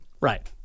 Right